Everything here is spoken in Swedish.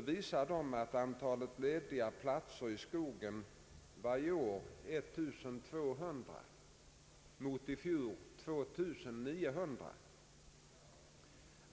visar att antalet lediga platser i skogen i år var 1200 mot 2 900 i fjol.